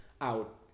out